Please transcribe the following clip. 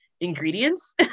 ingredients